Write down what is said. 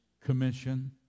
commission